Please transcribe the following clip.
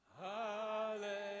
Hallelujah